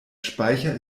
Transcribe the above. speicher